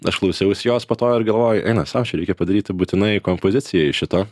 aš klausiausi jos po to ir galvoju eina sau čia reikia padaryti būtinai kompoziciją iš šito